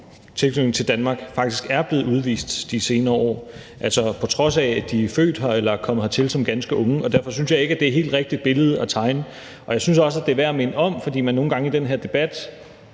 tilknytning til Danmark faktisk er blevet udvist de senere år, på trods af at de er født her eller er kommet hertil som ganske unge. Derfor synes jeg ikke, det er et helt rigtigt billede at tegne, og jeg synes også, at det er værd at minde om, fordi man nogle gange i den her debat,